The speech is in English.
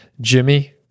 Jimmy